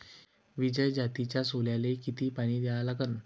विजय जातीच्या सोल्याले किती पानी द्या लागन?